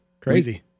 Crazy